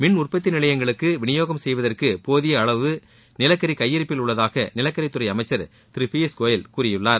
மின்உற்பத்தி நிலையங்களுக்கு வினியோகம் செய்வதற்கு போதிய அளவு நிலக்கரி கையிருப்பில் உள்ளதாக நிலக்கரித்துறை அமைச்சர் திரு பியூஷ் கோயல் கூறியுள்ளார்